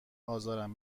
ازارم